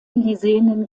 lisenen